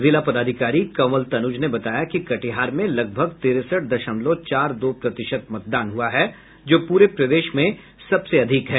जिला पदाधिकारी कंवल तनुज ने बताया कि कटिहार में लगभग तिरसठ दशमलव चार दो प्रतिशत मतदान हुआ है जो पूरे प्रदेश में सबसे अधिक है